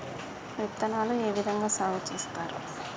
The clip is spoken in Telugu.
విత్తనాలు ఏ విధంగా సాగు చేస్తారు?